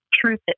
truth